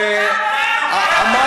אין קסמים,